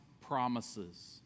promises